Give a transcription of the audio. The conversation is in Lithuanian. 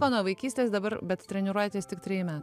mano vaikystės dabar bet treniruojatės tik treji metai